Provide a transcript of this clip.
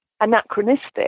anachronistic